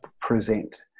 present